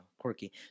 quirky